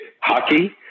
hockey